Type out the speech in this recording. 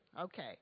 Okay